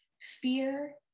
fear